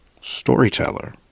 storyteller